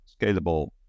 scalable